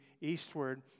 eastward